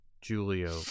Julio